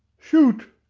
shoot!